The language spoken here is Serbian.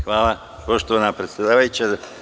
Hvala, poštovana predsedavajuća.